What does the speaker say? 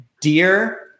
dear